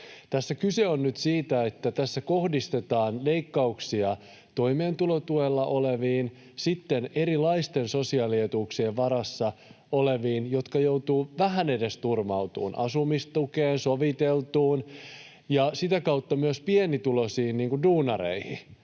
Tässä kyse on nyt siitä, että tässä kohdistetaan leikkauksia toimeentulotuella oleviin ja sitten erilaisten sosiaalietuuksien varassa oleviin — jotka joutuvat vähän edes turvautumaan asumistukeen, soviteltuun — ja sitä kautta myös pienituloisiin duunareihin.